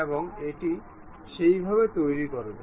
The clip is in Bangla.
আমরা একটি কপি তৈরি করব